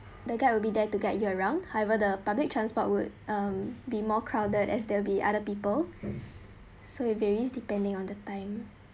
the guy will be there to get year round however the public transport would mm be more crowded as there will be other people so it varies depending on the time